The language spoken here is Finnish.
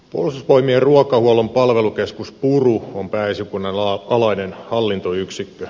puolustusvoimien ruokahuollon palvelukeskus puru on pääesikunnan alainen hallintoyksikkö